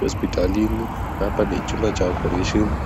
Hospitalini chumba cha operesheni na